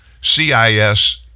cis